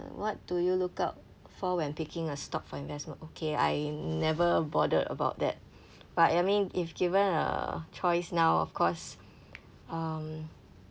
what do you look out for when picking a stock for investment okay I never bothered about that but I mean if given a choice now of course um